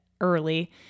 early